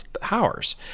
powers